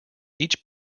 each